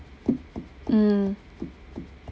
mm